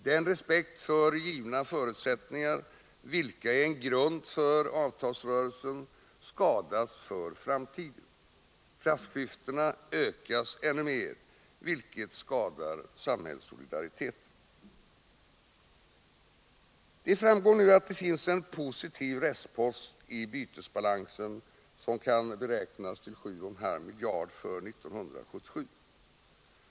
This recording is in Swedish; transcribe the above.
Den respekt för givna förutsättningar, som är en grund för avtalsrörelsen, skadas för framtiden. Klassklyftorna ökas ännu mer, vilket skadar samhällssolidariteten. Det framgår nu att det finns en positiv restpost i bytesbalansen som kan beräknas till 7,5 miljarder för 1977.